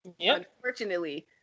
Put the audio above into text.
unfortunately